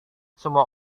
semua